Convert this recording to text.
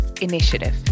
initiative